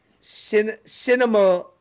cinema